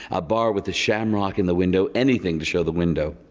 a bar with a shamrock in the window, anything to show the window,